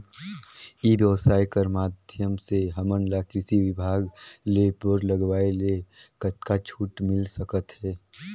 ई व्यवसाय कर माध्यम से हमन ला कृषि विभाग ले बोर लगवाए ले कतका छूट मिल सकत हे?